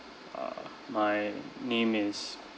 err my name is